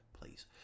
please